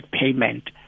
payment